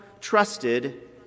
trusted